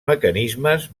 mecanismes